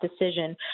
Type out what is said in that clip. decision